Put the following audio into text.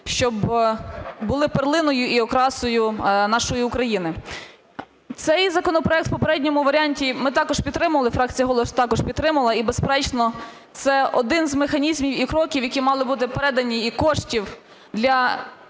щоб були перлиною і окрасою нашої України. Цей законопроект у попередньому варіанті ми також підтримали, фракція "Голос" також підтримала. І безперечно, це один із механізмів і кроків, які мали бути передані, і коштів, для,